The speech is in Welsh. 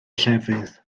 llefydd